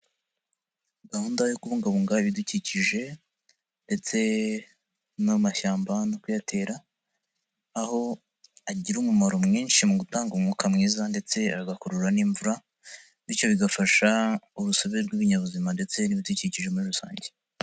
Gahunda yo kubungabunga ibidukikije ndetse n'amashyamba no kuyatera, aho agira umumaro mwinshi mu gutanga umwuka mwiza ndetse agakurura n'imvura, bityo bigafasha urusobe rw'ibinyabuzima ndetse n'ibidukikije muri rusange.